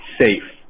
safe